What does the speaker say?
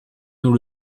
nos